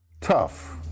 Tough